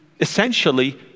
essentially